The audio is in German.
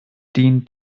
dient